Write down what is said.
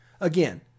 Again